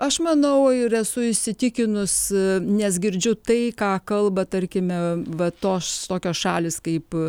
aš manau ir esu įsitikinus nes girdžiu tai ką kalba tarkime va tos tokios šalys kaip